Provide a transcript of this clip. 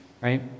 right